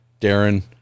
darren